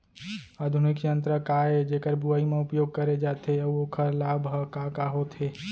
आधुनिक यंत्र का ए जेकर बुवाई म उपयोग करे जाथे अऊ ओखर लाभ ह का का होथे?